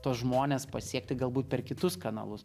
tuos žmones pasiekti galbūt per kitus kanalus